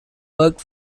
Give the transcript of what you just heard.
worked